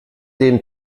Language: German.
dem